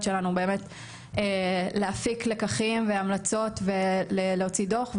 שלנו באמת להפיק לקחים והמלצות ולהוציא דוח.